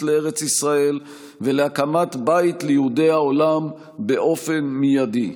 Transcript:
לארץ ישראל ולהקמת בית ליהודי העולם באופן מיידי.